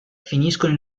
finiscono